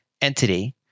entity